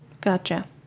Gotcha